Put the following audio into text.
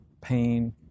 pain